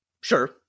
sure